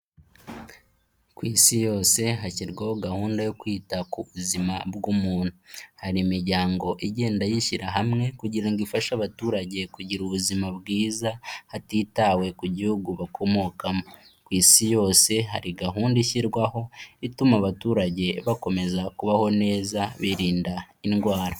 Ku isi yose hashyirwaho gahunda yo kwita ku buzima bw'umuntu. Hari imiryango igenda yishyirahamwe kugira ngo ifashe abaturage kugira ubuzima bwiza hatitawe ku gihugu bakomokamo. Ku isi yose hari gahunda ishyirwaho ituma abaturage bakomeza kubaho neza birinda indwara.